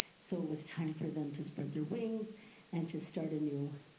so it was time for them to spread their wings and to start a new